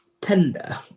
tender